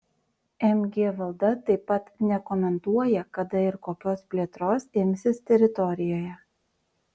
mg valda taip pat nekomentuoja kada ir kokios plėtros imsis teritorijoje